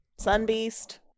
Sunbeast